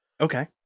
Okay